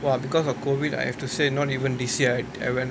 !wah! becuase of COVID I have to say not even this year that I went